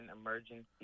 Emergency